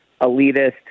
elitist